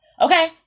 okay